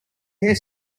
hair